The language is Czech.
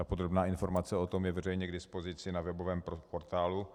Podrobná informace o tom je veřejně k dispozici na webovém portálu www.vhodne-uverejneni.cz